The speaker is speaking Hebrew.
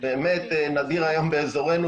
באמת נדיר היום באזורנו,